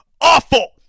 awful